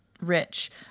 rich